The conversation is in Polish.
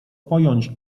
pojąć